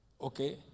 Okay